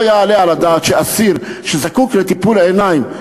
לא יעלה על הדעת שאסיר שזקוק לטיפול עיניים,